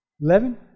Eleven